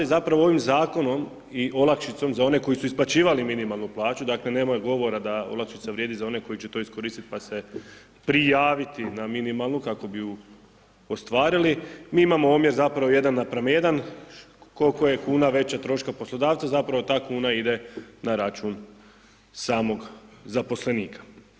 I zapravo ovim Zakonom i olakšicom za one koji su isplaćivali minimalnu plaću, dakle nemaju govora da olakšica vrijedi za one koji će to iskoristit pa se prijaviti na minimalnu kako bi ju ostvarili, mi imamo omjer zapravo 1:1, kol'ko je kuna veća troška poslodavcu, zapravo ta kuna ide na račun samog zaposlenika.